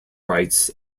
rights